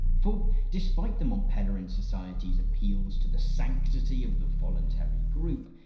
for, despite the mont pelerin society's appeals to the sanctity of the voluntary group,